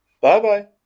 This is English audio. Bye-bye